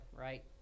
right